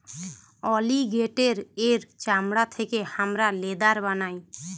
অলিগেটের এর চামড়া থেকে হামরা লেদার বানাই